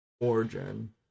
origin